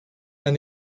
and